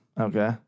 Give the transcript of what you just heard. Okay